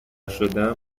شدم